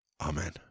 Amen